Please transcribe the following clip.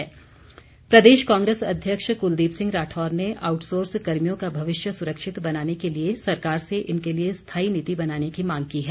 कुलदीप राठौर प्रदेश कांग्रेस अध्यक्ष कुलदीप सिंह राठौर ने आउटसोर्स कर्मियों का भविष्य सुरक्षित बनाने के लिए सरकार से इनके लिए स्थायी नीति बनाने की मांग की है